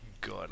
good